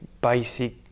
basic